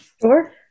Sure